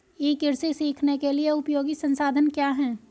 ई कृषि सीखने के लिए उपयोगी संसाधन क्या हैं?